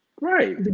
right